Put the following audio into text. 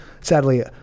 sadly